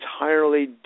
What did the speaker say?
entirely